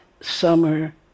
summer